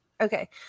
Okay